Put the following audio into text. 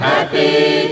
Happy